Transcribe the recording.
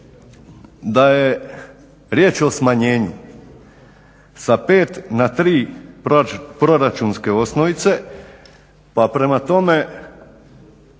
da je riječ o smanjenju sa 5 na 3 proračunske osnovice pa prema tome